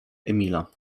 emila